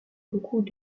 beaucoup